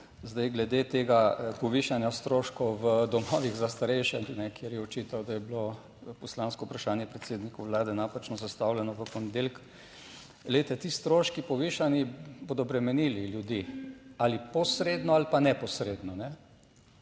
Zdaj glede tega povišanja stroškov v domovih za starejše, kjer je očital, da je bilo poslansko vprašanje predsedniku Vlade napačno zastavljeno v ponedeljek. Glejte ti stroški povišani bodo bremenili ljudi ali posredno ali pa neposredno.